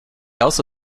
also